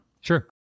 Sure